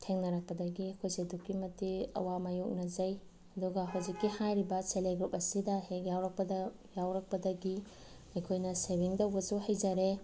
ꯊꯦꯡꯅꯔꯛꯄꯗꯒꯤ ꯑꯩꯈꯣꯏꯁꯦ ꯑꯗꯨꯛꯀꯤ ꯃꯇꯤꯛ ꯑꯋꯥ ꯃꯥꯏꯌꯣꯛꯅꯖꯩ ꯑꯗꯨꯒ ꯍꯧꯖꯤꯛꯀꯤ ꯍꯥꯏꯔꯤꯕ ꯁꯦꯜꯐ ꯍꯦꯜꯞ ꯒ꯭ꯔꯨꯞ ꯑꯁꯤꯗ ꯍꯦꯛ ꯌꯥꯎꯔꯛꯄꯗ ꯌꯥꯎꯔꯛꯄꯗꯒꯤ ꯑꯩꯈꯣꯏꯅ ꯁꯦꯚꯤꯡ ꯇꯧꯕꯁꯨ ꯍꯩꯖꯔꯦ